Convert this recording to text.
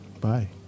Bye